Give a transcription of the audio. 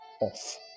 Off